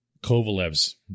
Kovalev's